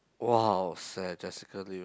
!waseh! Jessica-Liu